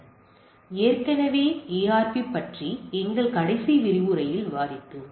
எனவே ஏற்கனவே ARP பற்றி எங்கள் கடைசி விரிவுரையில் விவாதித்தோம்